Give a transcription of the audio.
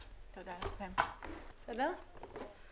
(הישיבה נפסקה בשעה 14:12 ונתחדשה בשעה 14:24.)